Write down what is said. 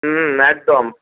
হুম একদম